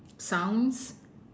sounds